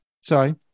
sorry